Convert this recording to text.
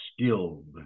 skilled